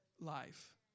life